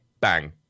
bang